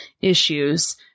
issues